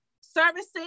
services